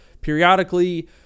periodically